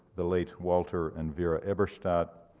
the late walter and vera eberstadt,